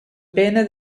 pene